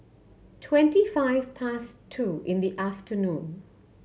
twenty five past two in the afternoon